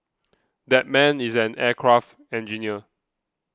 that man is an aircraft engineer